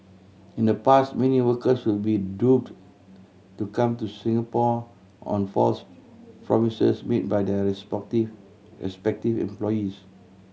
in the past many workers should be duped to come to Singapore on false promises made by their respective respective employees